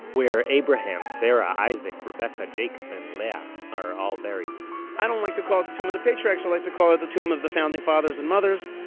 where abraham, sarah, isaac, rebecca, jacob and leah are all buried i don't like to call it the tomb of the patriarchs, i like to call it the tomb of the founding fathers and mothers.